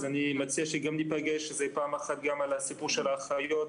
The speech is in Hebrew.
אז אני מציע שגם ניפגש פעם אחת גם על הסיפור של האחיות.